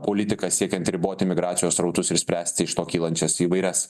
politika siekiant riboti imigracijos srautus ir spręsti iš to kylančias įvairias